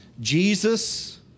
Jesus